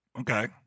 Okay